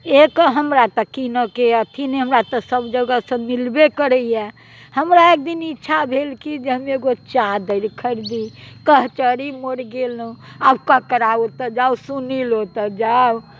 एक हमरा तऽ कीनयके अथी नहि हमरा तऽ सभजगहसँ मिलबे करैए हमरा एक दिन इच्छा भेल कि जे हम एगो चादर खरीदी कचहरी मोड़ गेलहुँ आब ककरा ओतय जाउ सुनील ओतय जाउ